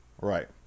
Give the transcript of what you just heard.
Right